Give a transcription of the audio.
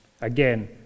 again